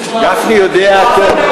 גפני יודע הכול.